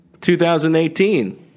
2018